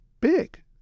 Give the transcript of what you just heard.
big